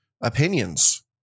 opinions